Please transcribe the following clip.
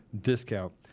discount